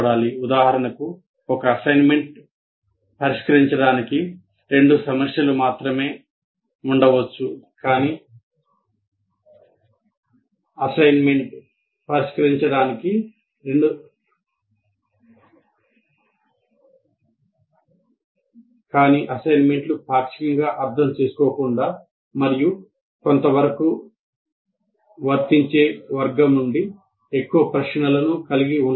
ఉదాహరణకు ఒక అసైన్మెంట్ పరిష్కరించడానికి 2 సమస్యలు మాత్రమే ఉండవచ్చు కాని అసైన్మెంట్లు పాక్షికంగా అర్థం చేసుకోకుండా మరియు కొంతవరకు వర్తించే వర్గం నుండి ఎక్కువ ప్రశ్నలను కలిగి ఉంటాయి